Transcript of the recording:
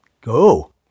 Go